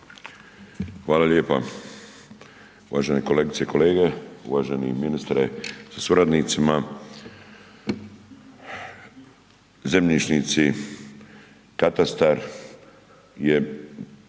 Hvala lijepa. Uvažene kolegice i kolege. Uvaženi ministre sa suradnicima. Zemljišnici, katastar je